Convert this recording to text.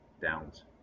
downs